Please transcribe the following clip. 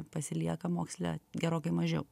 pasilieka moksle gerokai mažiau